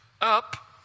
up